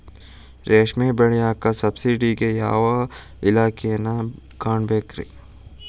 ರೇಷ್ಮಿ ಬೆಳಿಯಾಕ ಸಬ್ಸಿಡಿಗೆ ಯಾವ ಇಲಾಖೆನ ಕಾಣಬೇಕ್ರೇ?